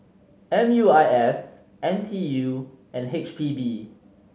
M U I S N T U and H P B